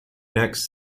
next